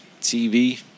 TV